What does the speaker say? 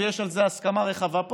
ויש על זה הסכמה רחבה פה,